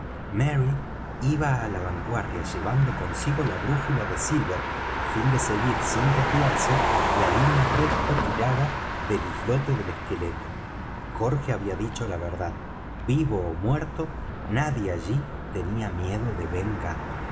iba á la vanguardia llevando consigo la brújula de silver á fin de seguir sin desviarse la línea recta tirada del islote del esqueleto jorge había dicho la verdad vivo ó muerto nadie allí tenía miedo de